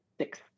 six